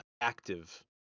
Active